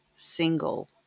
Single